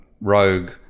rogue